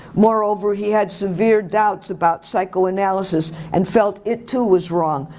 moreover he had severe doubts about psychoanalysis and felt it too was wrong.